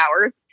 hours